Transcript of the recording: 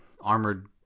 armored